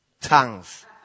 tongues